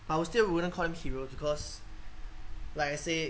I would still wouldn't call them hero because like I said